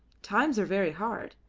times are very hard.